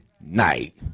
night